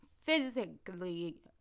physically